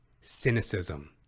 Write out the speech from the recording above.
Cynicism